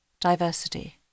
Diversity